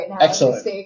Excellent